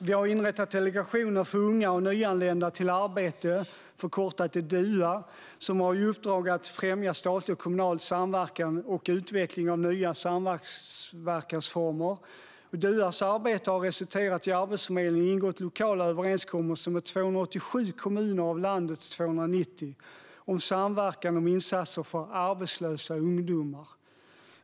Vi har inrättat Delegationen för unga och nyanlända till arbete, Dua, som har i uppdrag att främja statlig och kommunal samverkan och utveckling av nya samverkansformer. Duas arbete har resulterat i att Arbetsförmedlingen har ingått lokala överenskommelser med 287 av landets 290 kommuner om att samverka om insatser för arbetslösa ungdomar.